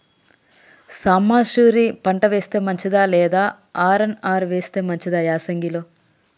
సాంబ మషూరి పంట వేస్తే మంచిదా లేదా ఆర్.ఎన్.ఆర్ వేస్తే మంచిదా యాసంగి లో?